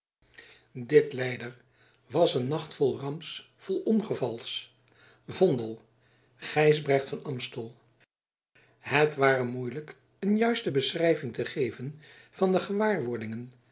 dit leider was een nacht vol ramps vol ongevals vondel gijsbrecht van aemstel het ware moeilijk een juiste beschrijving te geven van de gewaarwordingen